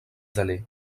d’aller